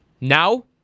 Now